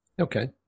okay